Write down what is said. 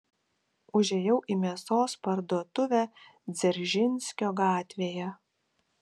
užėjau į mėsos parduotuvę dzeržinskio gatvėje